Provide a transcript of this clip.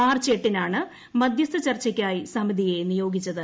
March എട്ടിന്റ്രൂണ് മധ്യസ്ഥ ചർച്ചയ്ക്കായി സമിതിയെ നിയോഗിച്ചത്